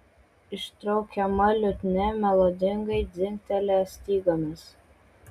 ištraukiama liutnia melodingai dzingtelėjo stygomis